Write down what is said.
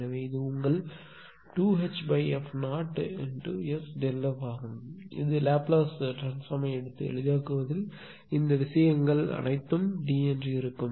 எனவே இது உங்கள் 2Hf 0 SΔf ஆகும் இது லாப்லேஸ் உருமாற்றத்தை எடுத்து எளிதாக்குவதில் இந்த விஷயங்கள் அனைத்தும் D ஆக இருக்கும்